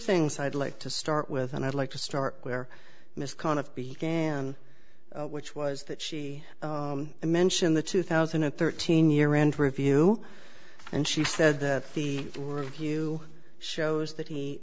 things i'd like to start with and i'd like to start where misconduct began which was that she mentioned the two thousand and thirteen year end review and she said that the world view shows that he